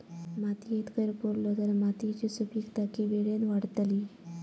मातयेत कैर पुरलो तर मातयेची सुपीकता की वेळेन वाडतली?